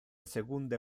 secunde